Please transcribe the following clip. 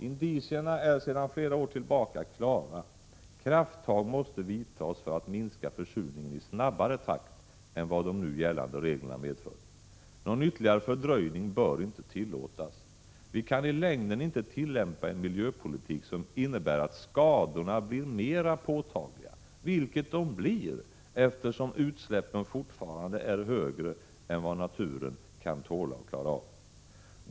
Indicierna är sedan flera år tillbaka klara: Krafttag måste tas för att minska försurningen i snabbare tempo än vad de nu gällande reglerna medför. Någon ytterligare fördröjning bör inte tillåtas. Vi kan i längden inte tillämpa en miljöpolitik som innebär att skadorna blir mera påtagliga, vilket de blir, eftersom utsläppen fortfarande är högre än vad naturen kan tåla.